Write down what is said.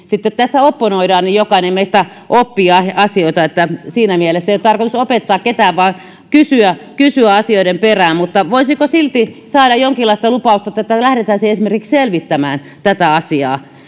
sitten tässä opponoimme niin että jokainen meistä oppii asioita siinä mielessä ei ole tarkoitus opettaa ketään vaan kysyä asioiden perään mutta voisiko silti saada jonkinlaista lupausta että lähdettäisiin esimerkiksi selvittämään tätä asiaa